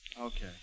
Okay